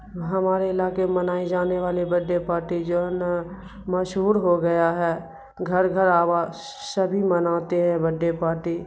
ہمارے علاقے میں منائے جانے والے بڈڈے پارٹی جو ہے نا مشہور ہو گیا ہے گھر گھر شبھی مناتے ہیں بڈڈے پارٹی